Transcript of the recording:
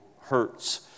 hurts